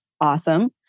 awesome